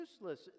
useless